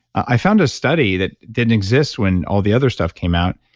i found a study that didn't exist when all the other stuff came out.